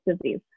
disease